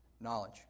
knowledge